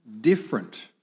different